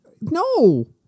No